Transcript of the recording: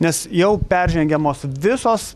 nes jau peržengiamos visos